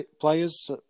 players